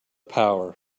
power